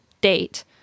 date